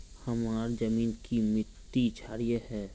हमार जमीन की मिट्टी क्षारीय है?